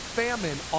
famine